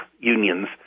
unions